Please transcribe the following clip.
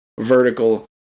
vertical